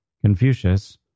Confucius